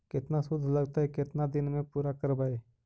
केतना शुद्ध लगतै केतना दिन में पुरा करबैय?